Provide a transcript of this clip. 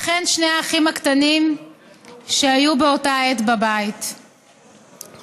וכן שני האחים הקטנים שהיו באותה עת בבית וניצלו.